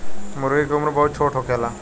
मूर्गी के उम्र बहुत छोट होखेला